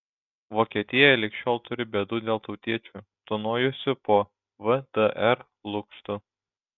vokietija lig šiol turi bėdų dėl tautiečių tūnojusių po vdr lukštu